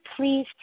please